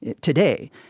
today